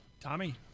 Tommy